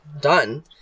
done